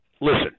listen